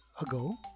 ago